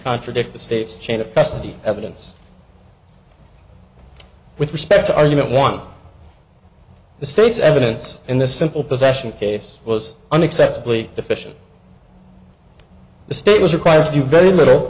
contradict the state's chain of custody evidence with respect to argument one the state's evidence in the simple possession case was unexpectedly deficient the state was required to do very little